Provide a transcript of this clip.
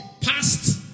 passed